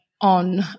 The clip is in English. on